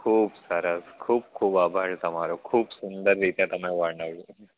ખૂબ સરસ ખૂબ ખૂબ આભાર તમારો ખૂબ સુંદર રીતે તમે વર્ણવ્યું